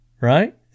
right